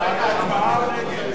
אתה בעד ההצבעה או נגד?